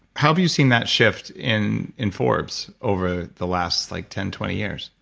how have you seen that shift in in forbes over the last like ten, twenty years?